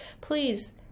please